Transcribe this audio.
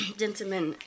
gentlemen